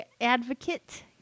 advocate